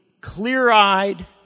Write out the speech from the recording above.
clear-eyed